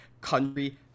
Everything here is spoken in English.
country